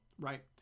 right